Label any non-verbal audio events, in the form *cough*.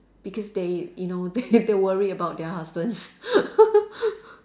because they you know they *laughs* they worry about their husbands *laughs*